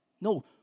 No